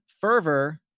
fervor